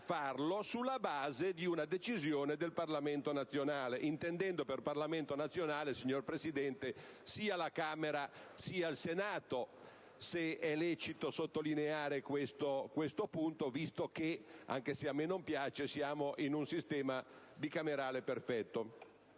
sulla base di una decisione del Parlamento nazionale, intendendo per Parlamento nazionale, signor Presidente, sia la Camera che il Senato, se è lecito sottolineare questo aspetto, dal momento che, anche se a me non piace, siamo in un sistema bicamerale perfetto.